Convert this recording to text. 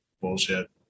Bullshit